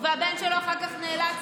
והבן שלו נאלץ,